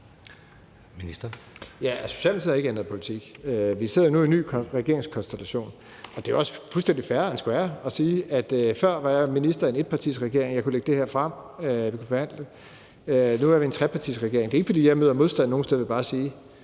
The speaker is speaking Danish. Bruus): Ja, Socialdemokratiet har ikke ændret politik. Vi sidder nu i en ny regeringskonstellation, og det er også fuldstændig fair and square at sige, at før var jeg minister i en etpartiregering, og jeg kunne lægge det her frem, og vi kunne forhandle om det, men nu er vi en trepartiregering. Det er ikke, fordi jeg møder modstand nogen steder, vil jeg bare sige,